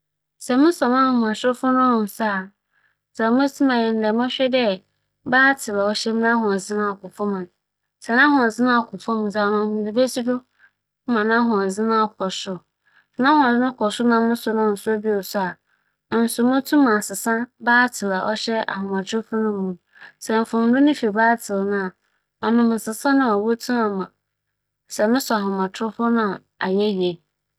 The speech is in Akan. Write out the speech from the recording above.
Sɛ mosͻ mo "phone" na ͻmmba a, mpɛn pii no monkͻhwɛ a nna edum akyɛr ntsi. Ntsi medze bͻkͻ ekesi do. Medze si do na sɛ ͻmmba so a, dza meyɛ nye dɛ medze kɛma hͻn a wosiesie "phone" ma wͻfekyer fekyer wͻyɛ no yie ma me. Wowie no dɛm a mutua hͻn kaw na megye m'adze ba fie bedzi mo dwuma. Ntsi mo "phone" nnsͻ a, adze a meyɛ nyi.